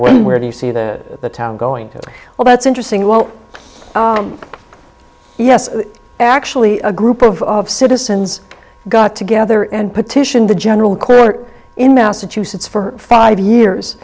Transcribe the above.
when where do you see the town going to well that's interesting well yes actually a group of citizens got together and petitioned the general court in massachusetts for five years